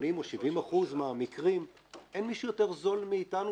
שב-80% או 70% מהמקרים אין מישהו יותר זול מאתנו